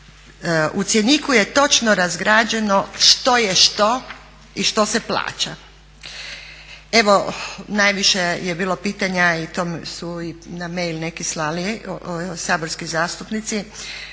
u cjeniku je točno razgrađeno što je što i što se plaća. Evo najviše je bilo pitanja i to su i na mail neki slali saborski zastupnici,